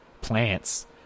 plants